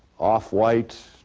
off-white,